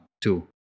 two